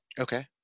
okay